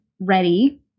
ready